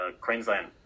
Queensland